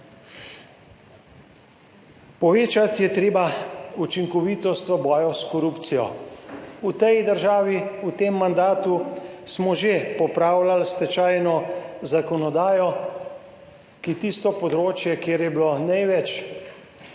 Povečati je treba učinkovitost v boju s korupcijo v tej državi. V tem mandatu smo že popravljali stečajno zakonodajo, ki tisto področje, kjer je bilo največ